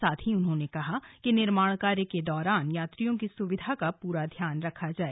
साथ ही उन्होंने कहा कि निर्माण कार्य के दौरान यात्रियों की सुविधा का पूरा ध्यान रखा जाए